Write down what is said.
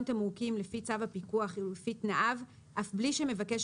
תמרוקים לפי צו הפיקוח ולפי תנאיו אף בלי שמבקש